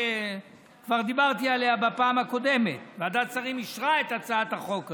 שכבר דיברתי עליה בפעם הקודמת וועדת שרים אישרה את הצעת החוק הזאת,